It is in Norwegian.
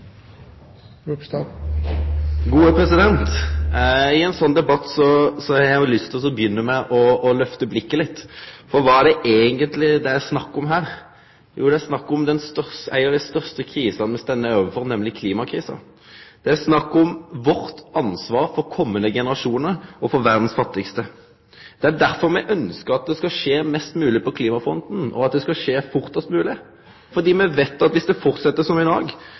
I ein slik debatt har eg lyst til å begynne med å lyfte blikket litt. Kva er det eigentleg snakk om her? Jo, det er snakk om ei av dei største krisene me står overfor, nemleg klimakrisa. Det er snakk om vårt ansvar for komande generasjonar og for verdas fattigaste. Det er derfor me ønskjer at det skal skje mest mogleg på klimafronten, og at det skal skje fortast mogleg. Me veit at om det fortset som i dag,